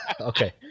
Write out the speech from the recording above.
Okay